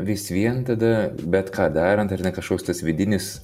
vis vien tada bet ką darant ar ne kažkoks tas vidinis